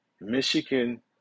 Michigan